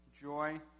joy